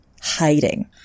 hiding